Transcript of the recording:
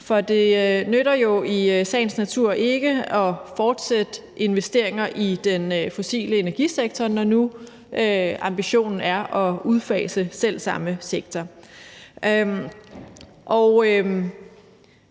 for det nytter jo i sagens natur ikke at fortsætte med at foretage investeringer i den fossile energisektor, når nu ambitionen er at udfase selv samme sektor. Jeg